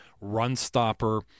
run-stopper